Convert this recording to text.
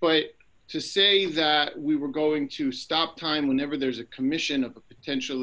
but to say that we were going to stop time whenever there's a commission of a potential